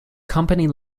company